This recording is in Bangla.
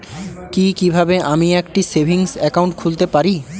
কি কিভাবে আমি একটি সেভিংস একাউন্ট খুলতে পারি?